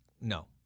no